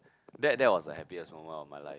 that that was the happiest moment of my life